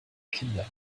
kinder